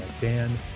Dan